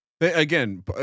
Again